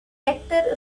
rector